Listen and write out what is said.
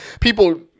people